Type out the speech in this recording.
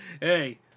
Hey